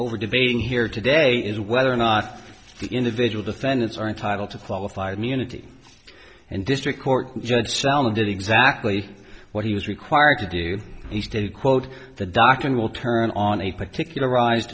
over debating here today is whether or not the individual defendants are entitled to qualified immunity and district court judge sounded exactly what he was required to do he still quote the doctor will turn on a particular rise